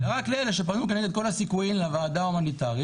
אלא רק לאלה שפנו כנגד כל הסיכויים לוועדה ההומניטארית,